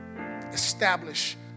Establish